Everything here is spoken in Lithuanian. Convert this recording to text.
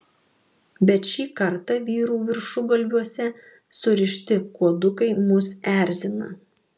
bet šį kartą vyrų viršugalviuose surišti kuodukai mus erzina